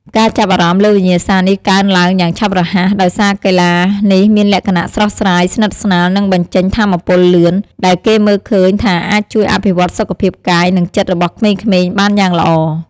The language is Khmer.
ការចាប់អារម្មណ៍លើវិញ្ញាសានេះកើនឡើងយ៉ាងឆាប់រហ័ស ដោយសារកីឡានេះមានលក្ខណៈស្រស់ស្រាយ ស្និទស្នាល និងបញ្ចេញថាមពលលឿន ដែលគេមើលឃើញថាអាចជួយអភិវឌ្ឍសុខភាពកាយនិងចិត្តរបស់ក្មេងៗបានយ៉ាងល្អ។